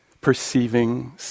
perceiving